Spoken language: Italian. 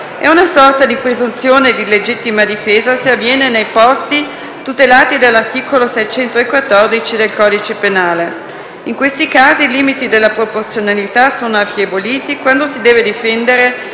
È una sorta di presunzione di legittima difesa, se avviene nei posti tutelati dall'articolo 614 del codice penale. In questi casi i limiti della proporzionalità sono affievoliti quando si deve difendere